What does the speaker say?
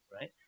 Right